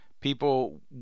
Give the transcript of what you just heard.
people